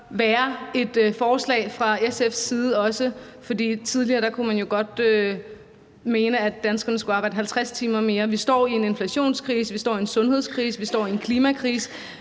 stå bag forslaget om de 7 timer, for man har jo tidligere ment, at danskerne skulle arbejde 50 timer mere. Vi står i en inflationskrise, vi står i en sundhedskrise, og vi står i en klimakrise